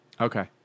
Okay